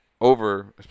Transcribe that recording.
over